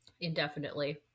Indefinitely